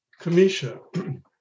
Kamisha